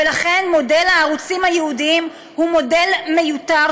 ולכן מודל הערוצים הייעודיים הוא מודל מיותר,